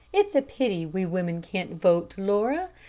it's a pity we women can't vote, laura.